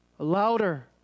louder